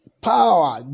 power